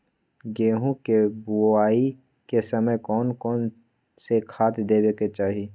गेंहू के बोआई के समय कौन कौन से खाद देवे के चाही?